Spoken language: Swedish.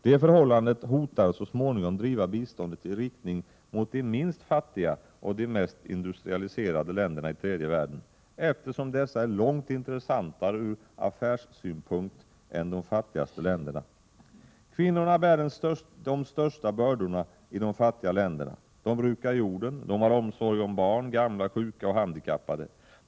Det förhållandet hotar så småningom driva biståndet i riktning mot de minst fattiga och de mest industrialiserade länderna i tredje världen, eftersom dessa är långt intressantare ur affärssynpunkt än de fattigaste länderna. Kvinnorna bär de största bördorna i de fattiga länderna — de brukar jorden, de har omsorg om barn, gamla, sjuka och handikappade.